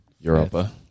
Europa